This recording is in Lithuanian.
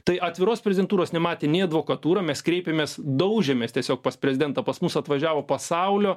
tai atviros prezidentūros nematė nei advokatūra mes kreipėmės daužėmės tiesiog pas prezidentą pas mus atvažiavo pasaulio